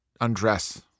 undress